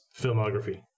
filmography